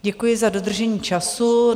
Děkuji za dodržení času.